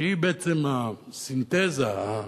שהיא בעצם הסינתזה, המעבדה,